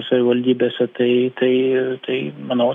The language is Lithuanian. savivaldybėse tai tai tai manau